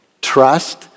Trust